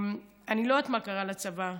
אני לא יודעת מה קרה לצבא.